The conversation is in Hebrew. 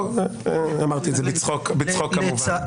אמרתי את זה בצחוק כמובן.